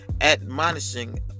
admonishing